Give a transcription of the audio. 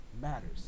matters